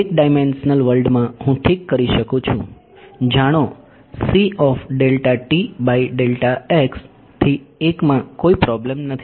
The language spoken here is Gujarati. એક ડાઈમેન્શનલ વર્લ્ડમાં હું ઠીક કરી શકું છું જાણો થી 1 માં કોઈ પ્રોબ્લેમ નથી